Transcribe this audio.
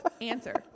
answer